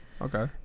Okay